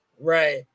Right